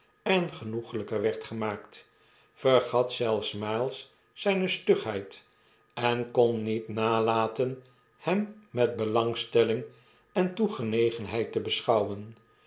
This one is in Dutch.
engenoegelijker werd gemaakt vergat zelfs miles zijne stugheid en kon niet nalaten hem met belangstelling en toegenegenheid te beschouwen